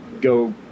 go